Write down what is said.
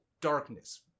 Darkness